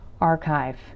archive